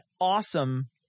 awesome